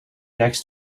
next